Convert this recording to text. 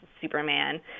Superman